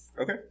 Okay